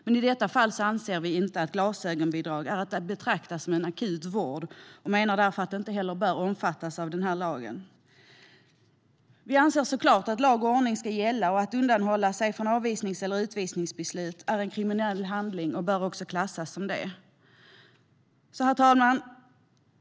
Men i detta fall anser vi inte att glasögonbidrag är att betrakta som akut vård, och vi menar därför att det inte heller bör omfattas av lagen. Vi anser såklart att lag och ordning ska gälla. Att undanhålla sig från avvisnings eller utvisningsbeslut är en kriminell handling och bör också klassas som det. Herr talman!